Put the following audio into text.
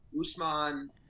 Usman